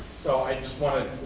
so i just wanted,